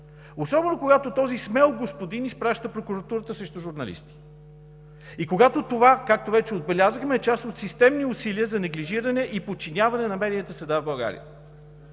особено когато този смел господин изпраща прокуратурата срещу журналисти, когато, както вече отбелязахме, това е част от системните усилия за неглижиране и подчиняване на медийната среда в България.